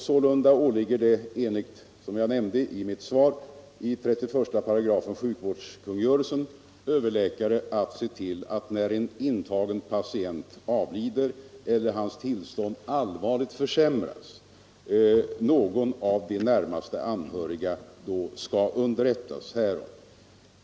Sålunda åligger det, som jag nämnde i mitt svar, enligt 31 § sjukvårdskungörelsen överläkare att se till att när en intagen patient avlider eller hans tillstånd allvarligt försämras någon av de närmaste anhöriga underrättas härom.